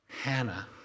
Hannah